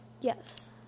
Yes